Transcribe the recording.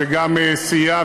שגם סייע,